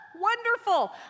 wonderful